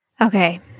Okay